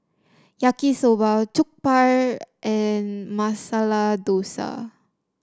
Yaki Soba Jokbal and Masala Dosa